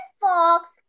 fox